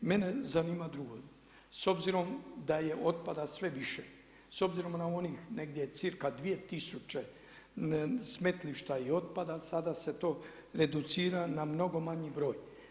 Mene zanima drugo, s obzirom da je otpada sve više, s obzirom na … negdje cca dvije tisuće smetlišta i otpada sada se to reducira na mnogo manji broj.